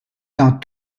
dans